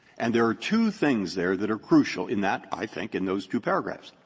and there are two things there that are crucial in that i think, in those two paragraphs.